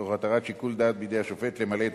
תוך הותרת שיקול דעת בידי השופט למלא את